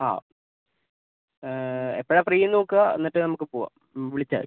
ആ എപ്പോഴാണ് ഫ്രീ എന്ന് നോക്കാം എന്നിട്ട് നമുക്ക് പോവാം വിളിച്ചാൽ മതി